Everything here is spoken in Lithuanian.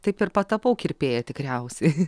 taip ir patapau kirpėja tikriausiai